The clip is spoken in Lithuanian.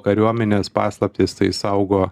kariuomenės paslaptis tai saugo